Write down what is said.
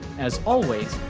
as always,